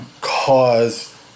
cause